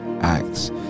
acts